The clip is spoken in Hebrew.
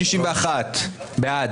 1,245 מי בעד?